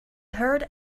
heard